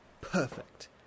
perfect